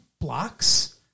blocks